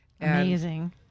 Amazing